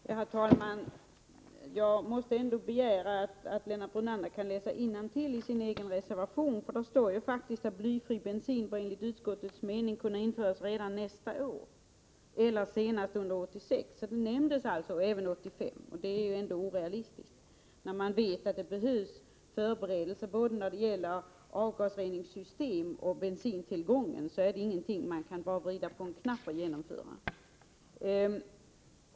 Herr talman! Jag måste ändå begära att Lennart Brunander kan läsa innantill i sin egen reservation. Där står det faktiskt: ”Blyfri bensin bör enligt utskottets mening kunna införas redan nästa år eller under år 1986, ———.” Där nämns alltså även 1985, och det är ändå orealistiskt när man vet att det behövs förberedelser i fråga om både avgasreningssystem och bensintillgången. Detta är ingenting som man kan genomföra bara med att vrida på en knapp.